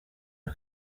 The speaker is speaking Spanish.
los